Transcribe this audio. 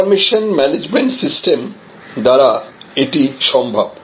information management system দ্বারা এটি সম্ভব